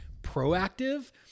proactive